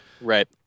right